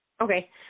Okay